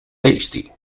tasty